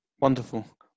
wonderful